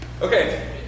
Okay